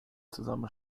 zusammen